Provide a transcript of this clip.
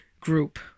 group